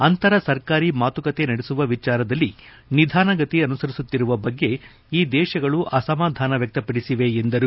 ಅಂತರ ಸರ್ಕಾರಿ ಮಾತುಕತೆ ನಡೆಸುವ ವಿಚಾರದಲ್ಲಿ ನಿಧಾನಗತಿ ಅನುಸರಿಸುತ್ತಿರುವ ಬಗ್ಗೆ ಈ ದೇಶಗಳು ಅಸಮಾಧಾನ ವ್ಯಕ್ತಪಡಿಸಿವೆ ಎಂದರು